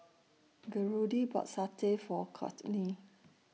Gertrude bought Satay For Courtney